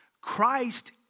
Christ